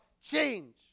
change